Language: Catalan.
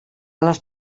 les